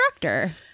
director